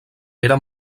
era